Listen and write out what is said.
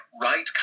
right